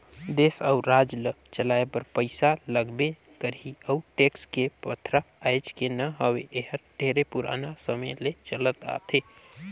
देस अउ राज ल चलाए बर पइसा लगबे करही अउ टेक्स के परथा आयज के न हवे एहर ढेरे पुराना समे ले चलत आथे